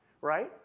right